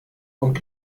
und